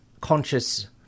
conscious